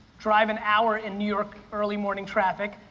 drive an hour in new york early morning traffic,